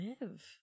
live